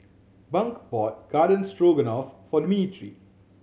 Bunk bought Garden Stroganoff for Dimitri